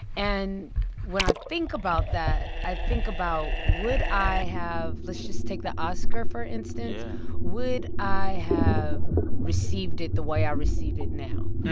and when i think about that, i think about, would i have let's just take the oscar, for instance yeah would i have received it the way i received it now?